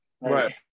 right